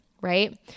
right